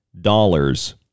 dollars